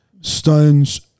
stones –